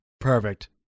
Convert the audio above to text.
Perfect